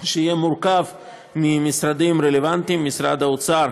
שיהיה מורכב ממשרדים רלוונטיים: משרד האוצר,